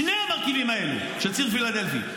שני המרכיבים האלה של ציר פילדלפי,